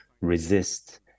resist